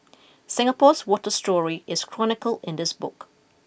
Singapore's water story is chronicle in this book